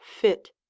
fit